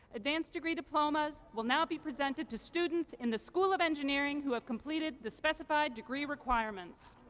advanced degree diplomas will now be presented to students in the school of engineering who have completed the specified degree requirements.